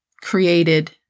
created